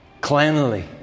Cleanly